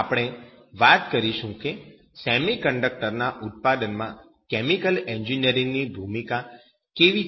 હવે આપણે વાત કરીશું કે સેમિકન્ડક્ટર ના ઉત્પાદન માં કેમિકલ એન્જિનિયરની ભૂમિકા કેવી છે